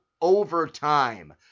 overtime